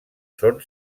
són